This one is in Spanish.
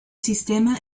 sistema